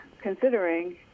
considering